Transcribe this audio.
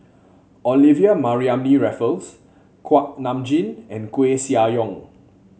Olivia Mariamne Raffles Kuak Nam Jin and Koeh Sia Yong